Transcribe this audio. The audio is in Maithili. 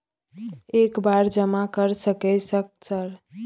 एक बार जमा कर सके सक सर?